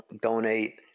donate